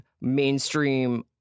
mainstream